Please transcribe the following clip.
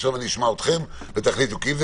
עכשיו אני אשמע אתכם ותחליטו כי אם זה